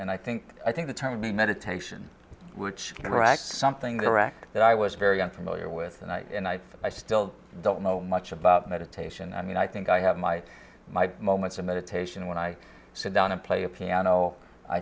and i think i think the time in meditation which something direct that i was very unfamiliar with and i i still don't know much about meditation i mean i think i have my moments of meditation when i sit down and play a piano i